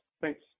Thanks